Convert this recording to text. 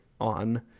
on